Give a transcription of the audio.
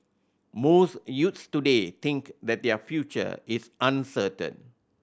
most youths today think that their future is uncertain